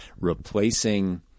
replacing